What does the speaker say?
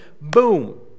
boom